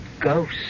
ghost